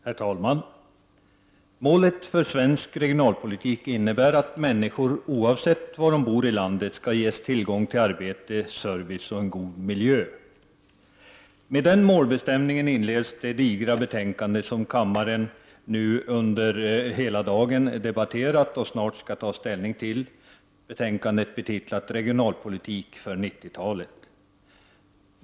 Herr talman! Målet för svensk regionalpolitik innebär att människor, oavsett var de bor i landet, skall ges tillgång till arbete, service och en god miljö. Med den målbestämningen inleds det digra betänkande som kammaren under hela dagen har debatterat och snart skall ta ställning till — ett betänkande betitlat Regionalpolitik för 90-talet.